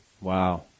Wow